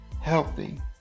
Healthy